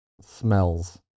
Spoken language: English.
smells